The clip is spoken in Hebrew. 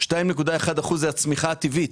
2.1% זה הצמיחה הטבעית,